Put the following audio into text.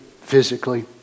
physically